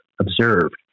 observed